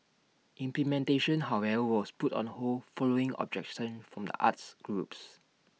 implementation however was put on hold following objection from the arts groups